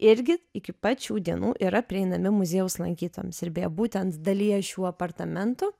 irgi iki pat šių dienų yra prieinami muziejaus lankytojams ir beje būtent dalyje šių apartamentų